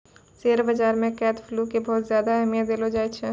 share बाजार मे cash flow के बहुत ज्यादा अहमियत देलो जाए छै